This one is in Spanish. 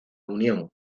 unión